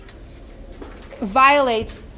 violates